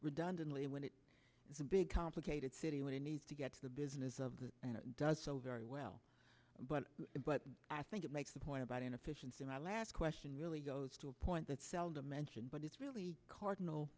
redundantly when it is a big complicated city when you need to get to the business of that does so very well but i think it makes the point about inefficiency my last question really goes to a point that seldom mentioned but it's really cardinal